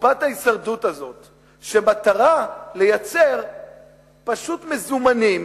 מטרתה פשוט לייצר מזומנים